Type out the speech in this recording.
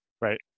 right